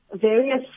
various